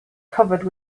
covered